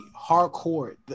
hardcore